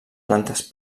plantes